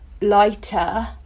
lighter